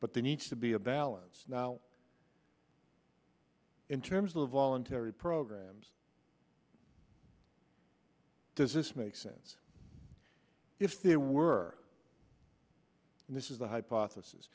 but there needs to be a balance now in terms of voluntary programs does this make sense if they were and this is a hypothesis